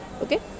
okay